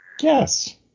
Yes